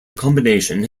recombination